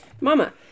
mama